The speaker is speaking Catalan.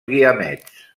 guiamets